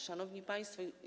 Szanowni Państwo!